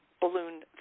balloon